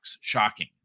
shocking